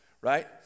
Right